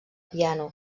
piano